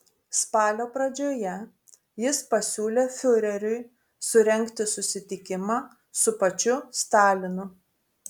spalio pradžioje jis pasiūlė fiureriui surengti susitikimą su pačiu stalinu